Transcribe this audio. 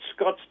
Scottsdale